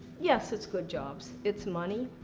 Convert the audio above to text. yes, it's good jobs. it's money.